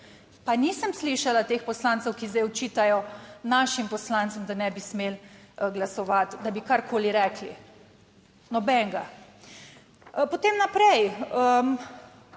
Pa nisem slišala teh poslancev, ki zdaj očitajo našim poslancem, da ne bi smeli glasovati, da bi karkoli rekli, nobenega. Potem naprej,